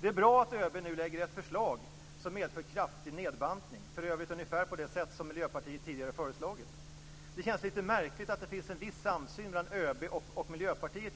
Det är bra att ÖB nu lägger fram ett förslag som medför en kraftig nedbantning - för övrigt ungefär på det sätt som Miljöpartiet tidigare har föreslagit. Det känns litet märkligt att det just nu finns en viss samsyn mellan ÖB och Miljöpartiet.